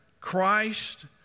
Christ